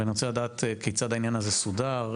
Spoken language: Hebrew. ואני רוצה לדעת כיצד העניין סודר,